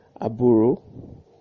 Aburu